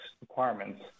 requirements